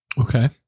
Okay